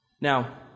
Now